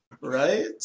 Right